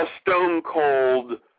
stone-cold